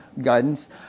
guidance